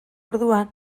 orduan